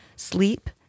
sleep